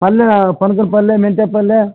ಪಲ್ಯ ಪನಕನ ಪಲ್ಲೆ ಮೆಂತ್ಯೆ ಪಲ್ಲೆ